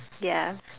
ya